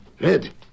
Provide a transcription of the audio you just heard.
Red